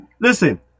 listen